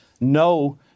no